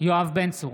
יואב בן צור,